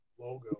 logo